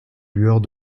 lueurs